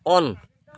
on